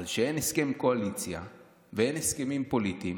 אבל כשאין הסכם קואליציוני ואין הסכמים פוליטיים,